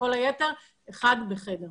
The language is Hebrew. אבל כל היתר זה אחד בחדר.